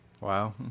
Wow